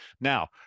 Now